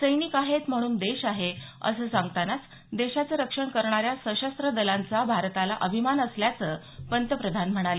सैनिक आहेत म्हणून देश आहे असं सांगतानाच देशाचं रक्षण करणाऱ्या सशस्त्र दलांचा भारताला अभिमान असल्याचं पंतप्रधान म्हणाले